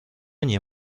nie